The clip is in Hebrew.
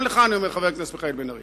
גם לך אני אומר, חבר הכנסת בן-ארי.